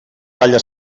balla